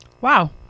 Wow